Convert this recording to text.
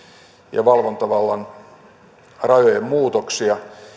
ja valvontavallan rajojen muutoksia